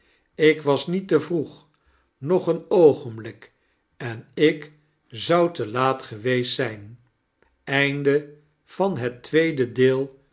ik was niet te vroeg nog een oogenblik en ik zou te laat geweest zijn